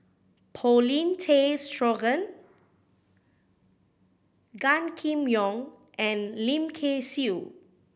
Paulin Tay Straughan Gan Kim Yong and Lim Kay Siu